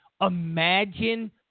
Imagine